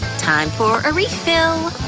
time for a refill!